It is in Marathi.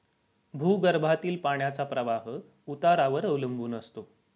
भूगर्भातील पाण्याचा प्रवाह उतारावर अवलंबून असतो